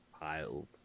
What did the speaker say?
piles